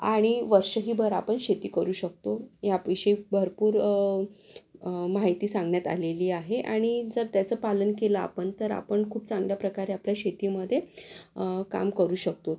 आणि वर्षहीभर आपण शेती करू शकतो या विषयी भरपूर माहिती सांगण्यात आलेली आहे आणि जर त्याचं पालन केलं आपण तर आपण खूप चांगल्या प्रकारे आपल्या शेतीमध्ये काम करू शकतो